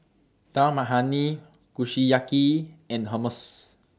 Dal Makhani Kushiyaki and Hummus